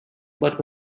but